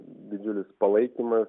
didžiulis palaikymas